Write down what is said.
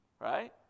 right